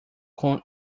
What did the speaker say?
con